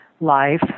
life